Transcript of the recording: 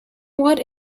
what